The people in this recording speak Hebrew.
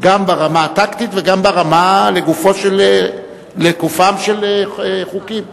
גם ברמה הטקטית וגם ברמה לגופם של חוקים.